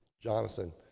Jonathan